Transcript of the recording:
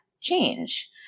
change